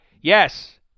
Yes